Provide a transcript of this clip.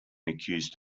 accused